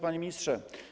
Panie Ministrze!